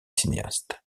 cinéastes